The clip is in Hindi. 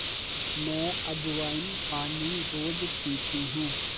मैं अज्वाइन पानी रोज़ पीती हूँ